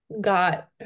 got